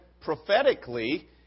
prophetically